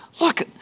Look